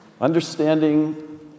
understanding